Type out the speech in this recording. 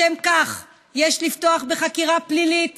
לשם כך, יש לפתוח בחקירה פלילית